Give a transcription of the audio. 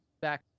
back